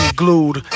glued